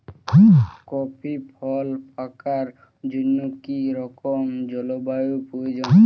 Coffee ফল পাকার জন্য কী রকম জলবায়ু প্রয়োজন?